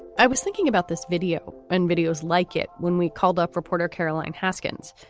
i was thinking about this video and videos like it when we called up reporter caroline haskins,